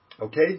Okay